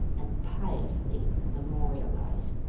and piously memorialized.